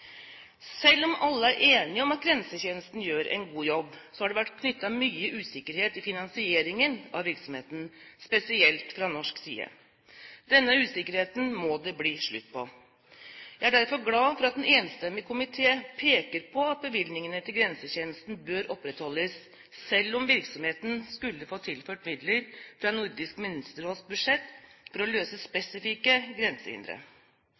Selv om alle er enige om at Grensetjenesten gjør en god jobb, har det vært knyttet mye usikkerhet til finansieringen av virksomheten, spesielt fra norsk side. Denne usikkerheten må det bli slutt på. Jeg er derfor glad for at en enstemmig komité peker på at bevilgningen til Grensetjenesten bør opprettholdes, selv om virksomheten skulle få tilført midler fra Nordisk Ministerråds budsjett for å løse spesifikke grensehindre.